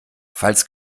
falls